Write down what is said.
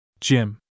Jim